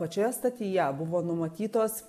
pačioje stotyje buvo numatytos